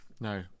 No